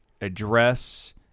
address